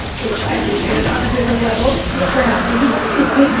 but which i appreciated on a different level yeah perhaps than some other people.